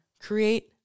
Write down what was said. Create